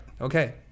Okay